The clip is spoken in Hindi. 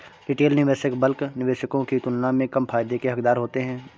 रिटेल निवेशक बल्क निवेशकों की तुलना में कम फायदे के हक़दार होते हैं